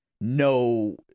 no